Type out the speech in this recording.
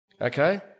Okay